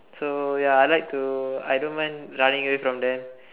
so ya I like to I don't mind running away from them